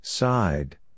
Side